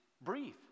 breathe